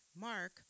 Mark